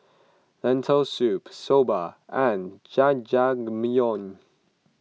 Lentil Soup Soba and Jajangmyeon